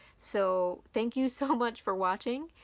so thank you so much for watching,